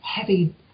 heavy